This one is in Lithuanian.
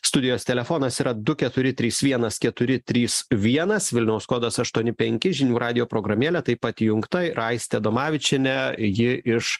studijos telefonas yra du keturi trys vienas keturi trys vienas vilniaus kodas aštuoni penki žinių radijo programėlė taip pat įjungta ir aistė adomavičienė ji iš